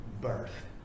birth